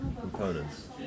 components